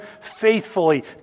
faithfully